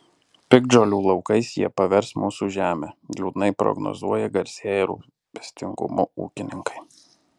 piktžolių laukais jie pavers mūsų žemę liūdnai prognozuoja garsėję rūpestingumu ūkininkai